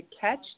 catch